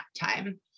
time